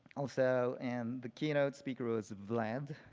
also and the keynote speaker was vlad,